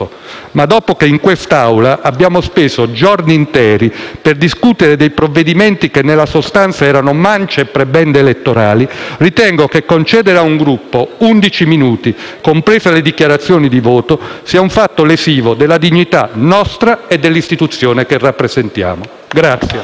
Ma, dopo che in quest'Aula abbiamo speso giorni interi per discutere di provvedimenti che nella sostanza erano mance e prebende elettorali, ritengo che concedere a un Gruppo undici minuti - comprese le dichiarazioni di voto - sia un fatto lesivo della dignità nostra e dell'istituzione che rappresentiamo.